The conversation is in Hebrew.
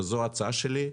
וזו ההצעה שלי,